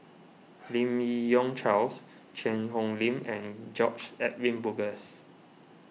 Lim Yi Yong Charles Cheang Hong Lim and George Edwin Bogaars